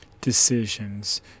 decisions